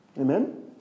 Amen